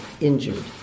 injured